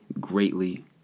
greatly